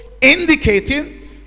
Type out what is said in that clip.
indicating